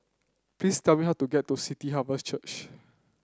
please tell me how to get to City Harvest Church